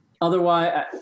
otherwise